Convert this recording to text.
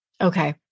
Okay